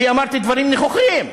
כי אמרתי דברים נכוחים,